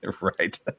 Right